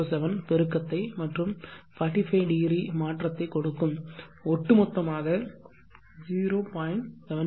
707 பெருக்கத்தை மற்றும் 45° மாற்றத்தை கொடுக்கும் ஒட்டுமொத்தமாக 0